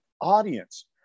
audience